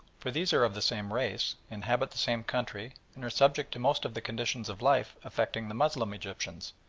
for these are of the same race, inhabit the same country, and are subject to most of the conditions of life affecting the moslem egyptians,